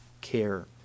care